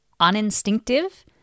uninstinctive